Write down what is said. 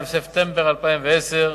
ספטמבר 2010,